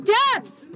deaths